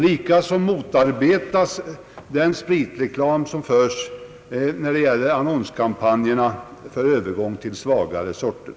Likaså motarbetas den spritreklam som förs i annonskampanjerna för övergång till svagare sorter.